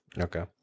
Okay